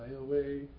away